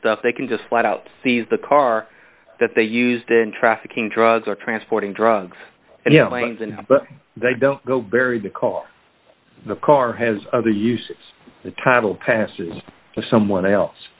stuff they can just flat out seize the car that they used in trafficking drugs or transporting drugs and you know mines and but they don't go bury the call the car has other uses the title passes to someone else